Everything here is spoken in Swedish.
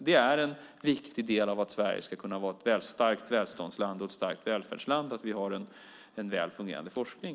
Det är en viktig del i att Sverige ska kunna vara ett starkt välståndsland och ett starkt välfärdsland att vi har en väl fungerande forskning.